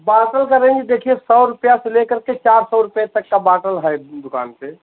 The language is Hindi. बॉटल का रेंज देखिये सौ रुपया से लेकर के चार सौ रुपया तक का बॉटल है दूकान पर